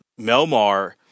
Melmar